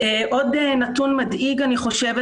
עוד נתון מדאיג אני חושבת,